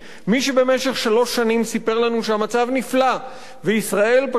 מי שבמשך שלוש שנים סיפר לנו שהמצב נפלא וישראל היא